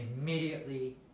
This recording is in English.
immediately